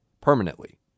permanently